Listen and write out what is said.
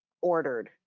ordered